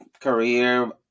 career